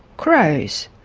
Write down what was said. crows,